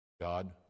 God